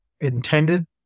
intended